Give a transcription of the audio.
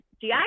GI